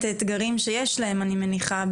את האתגרים שיש להם אני מניחה,